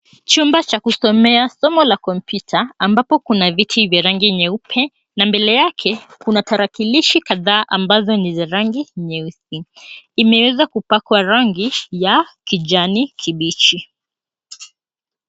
Chumba cha kusomea somo la computer , ambapo kuna viti vya rangi nyeupe, na mbele yake kuna tarakilishi kadhaa ambazo ni za rangi nyeusi. Imeweza kupakwa rangi ya kijani kibichi.